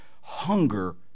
hunger